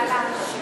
זה בגלל השיפוע,